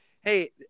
hey